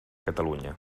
catalunya